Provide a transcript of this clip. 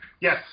Yes